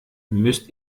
müsst